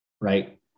right